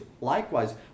likewise